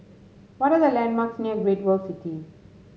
what are the landmarks near Great World City